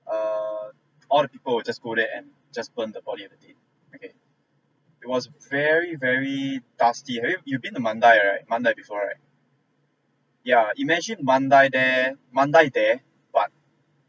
err all the people will just go there and just burn the body of the dead okay it was very very dusty have you you've been to Mandai Mandai before right yeah imagine Mandai there Mandai there but